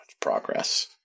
progress